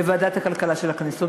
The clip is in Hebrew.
לוועדת הכלכלה של הכנסת.